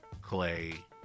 Clay